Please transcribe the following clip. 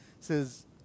says